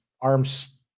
arms